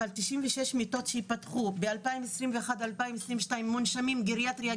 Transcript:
אבל 96 מיטות שייפתחו ב-2022-2021 מונשמים גריאטריה,